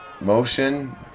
motion